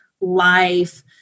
life